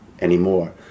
anymore